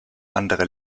andere